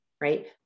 right